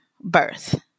birth